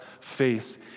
faith